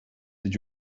did